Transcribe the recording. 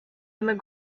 and